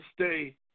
stay